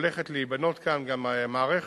הולכת להיבנות כאן גם מערכת